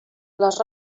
les